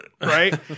Right